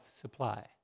supply